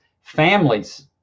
Families